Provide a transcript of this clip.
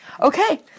Okay